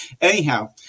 anyhow